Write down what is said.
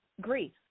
grief